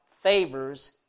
favors